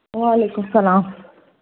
وعلیکم السلام